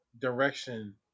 direction